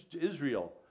Israel